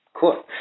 Cool